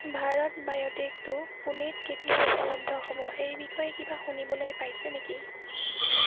ভাৰত বায়'টেকটো পুনেত কেতিয়া উপলব্ধ হ'ব সেইবিষয়ে কিবা শুনিবলৈ পাইছে নেকি